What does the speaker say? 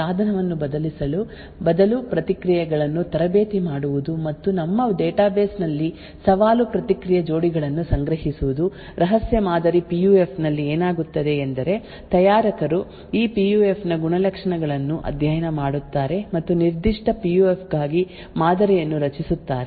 ಆದ್ದರಿಂದ ಇಲ್ಲಿ ಏನಾಗುತ್ತದೆ ಎಂಬುದು ಉತ್ಪಾದನೆಯ ಸಮಯದಲ್ಲಿ ವಿಭಿನ್ನ ಸವಾಲುಗಳೊಂದಿಗೆ ಸಾಧನವನ್ನು ಬದಲಿಸುವ ಬದಲು ಪ್ರತಿಕ್ರಿಯೆಗಳನ್ನು ತರಬೇತಿ ಮಾಡುವುದು ಮತ್ತು ನಮ್ಮ ಡೇಟಾಬೇಸ್ ನಲ್ಲಿ ಸವಾಲು ಪ್ರತಿಕ್ರಿಯೆ ಜೋಡಿಗಳನ್ನು ಸಂಗ್ರಹಿಸುವುದು ರಹಸ್ಯ ಮಾದರಿ ಪಿಯುಎಫ್ ನಲ್ಲಿ ಏನಾಗುತ್ತದೆ ಎಂದರೆ ತಯಾರಕರು ಈ ಪಿಯುಎಫ್ ನ ಗುಣಲಕ್ಷಣಗಳನ್ನು ಅಧ್ಯಯನ ಮಾಡುತ್ತಾರೆ ಮತ್ತು ನಿರ್ದಿಷ್ಟ ಪಿಯುಎಫ್ ಗಾಗಿ ಮಾದರಿಯನ್ನು ರಚಿಸುತ್ತಾರೆ